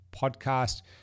podcast